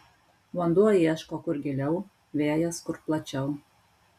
vanduo ieško kur giliau vėjas kur plačiau